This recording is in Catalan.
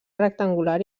rectangular